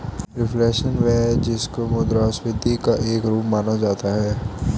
reflation वह है जिसको मुद्रास्फीति का एक रूप माना जा सकता है